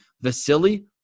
Vasily